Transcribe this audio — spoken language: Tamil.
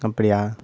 அப்படியா